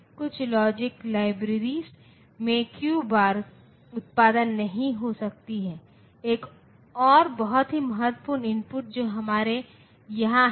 उसी समय में यह इन आवश्यकताओं को x माइनस 1 10 से अधिक या बराबर और y 5 से अधिक या बराबर को संतुष्ट करता है दोनों शर्त संतुष्ट हैं